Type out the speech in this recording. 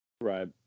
Right